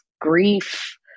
grief